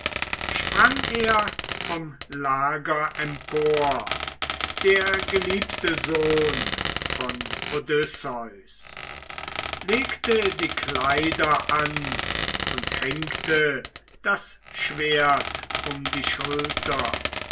sprang er vom lager empor der geliebte sohn von odysseus legte die kleider an und hängte das schwert um die schulter